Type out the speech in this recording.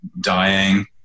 dying